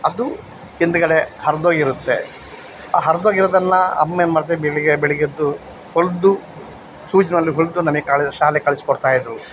ಅದು ಹಿಂದ್ಗಡೆ ಹರ್ದು ಹೋಗಿರುತ್ತೆ ಆ ಹರ್ದು ಹೋಗಿರೋದನ್ನು ಅಮ್ಮ ಏನು ಮಾಡ್ತಾರೆ ಬೆಳಗ್ಗೆ ಬೆಳಗ್ಗೆ ಎದ್ದು ಹೊಲ್ದು ಸೂಜಿಯಲ್ಲಿ ಹೊಲಿದು ನನಗೆ ಕಾಲೆ ಶಾಲೆಗೆ ಕಳಿಸಿ ಕೊಡ್ತಾಯಿದ್ದರು